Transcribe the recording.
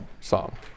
song